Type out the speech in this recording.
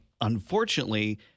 unfortunately